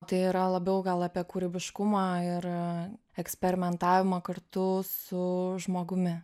tai yra labiau gal apie kūrybiškumą ir eksperimentavimą kartu su žmogumi